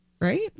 Right